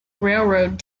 railroad